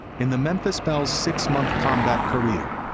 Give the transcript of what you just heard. in the memphis belle's six-month combat career,